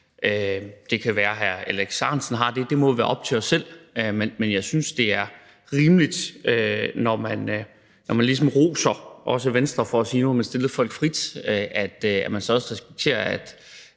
Det kan være, hr. Alex Ahrendtsen har den. Det må være op til enhver at vurdere. Men jeg synes, det er rimeligt, når man ligesom roser Venstre for at stille folk frit, at man så også respekterer,